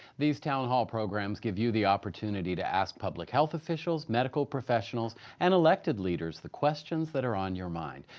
these town hall programs give you the opportunity to ask public health officials, medical professionals and elected leaders the questions that are on your mind.